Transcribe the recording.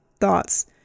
thoughts